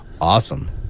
Awesome